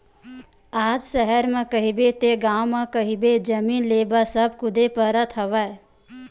आज सहर म कहिबे ते गाँव म कहिबे जमीन लेय बर सब कुदे परत हवय